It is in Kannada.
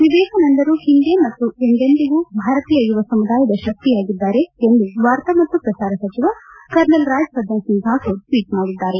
ವಿವೇಕಾನಂದರು ಹಿಂದೆ ಮತ್ತು ಎಂದೆಂದಿಗೂ ಭಾರತೀಯ ಯುವ ಸಮುದಾಯದ ಶಕ್ತಿಯಾಗಿದ್ದಾರೆ ಎಂದು ವಾರ್ತಾ ಮತ್ತು ಪ್ರಸಾರ ಸಚಿವ ಕರ್ನಲ್ ರಾಜ್ಯವರ್ಧನ ಸಿಂಗ್ ರಾಠೋಡ್ ಟ್ನೀಟ್ ಮಾಡಿದ್ಗಾರೆ